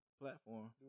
platform